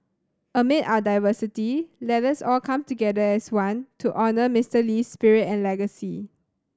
amid our diversity let us all come together as one to honour Mister Lee's spirit and legacy